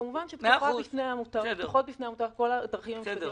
כמובן שפתוחות בפני העמותה כל הדרכים המשפטיות